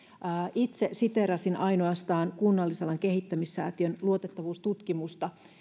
itse siteerasin ainoastaan kunnallisalan kehittämissäätiön luotettavuustutkimusta